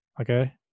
okay